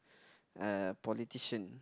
a politician